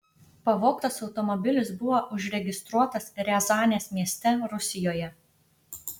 pavogtas automobilis buvo užregistruotas riazanės mieste rusijoje